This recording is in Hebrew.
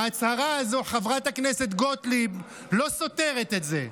ההצהרה הזו, חברת הכנסת גוטליב, לא סותרת את זה.